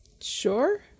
Sure